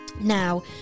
Now